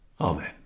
Amen